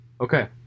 okay